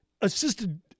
assisted